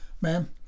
ma'am